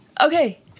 Okay